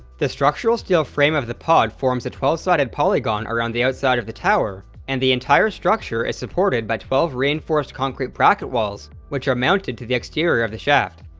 the structural steel frame of the pod forms a twelve sided polygon around the outside of the tower, and the entire structure is supported by twelve reinforced concrete bracket walls which are mounted to the exterior of the shaft.